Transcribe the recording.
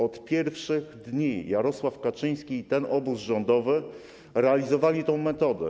Od pierwszych dni Jarosław Kaczyński i ten obóz rządowy stosowali tę metodę.